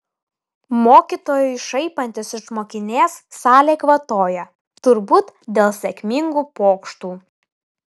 mokytojui šaipantis iš mokinės salė kvatoja turbūt dėl sėkmingų pokštų